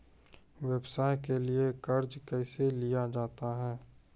व्यवसाय के लिए कर्जा कैसे लिया जाता हैं?